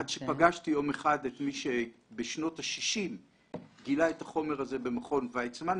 עד שפגשתי יום אחד את מי שבשנות ה-60 גילה את החומר הזה במכון וייצמן,